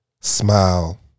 Smile